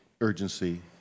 urgency